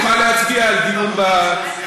נוכל להצביע על דיון בוועדה.